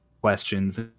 questions